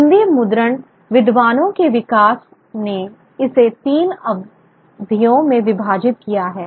हिंदी मुद्रण विद्वानों के विकास ने इसे तीन अवधियों में विभाजित किया है